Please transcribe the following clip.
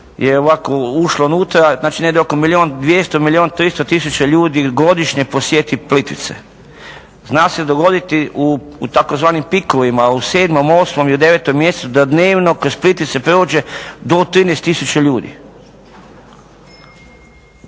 je ovako ušlo unutra, znači negdje oko milijun 200, milijun 300 tisuća ljudi godišnje posjeti Plitvice. Zna se dogoditi u tzv. pikovima, u sedmom, osmom i u devetom mjesecu da dnevno kroz Plitvice prođe do 13000 ljudi.